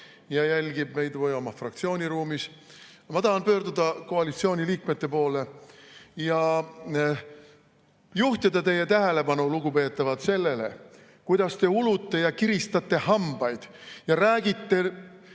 ja jälgib meid või on oma fraktsiooni ruumis. Ma tahan pöörduda koalitsiooni liikmete poole ja juhtida teie tähelepanu, lugupeetavad, sellele, kuidas te ulute ja kiristate hambaid ja räägite